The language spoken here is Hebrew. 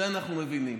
את זה אנחנו מבינים.